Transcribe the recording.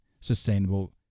sustainable